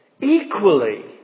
equally